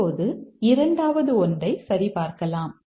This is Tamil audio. இப்போது இரண்டாவது ஒன்றை சரிபார்க்கலாம்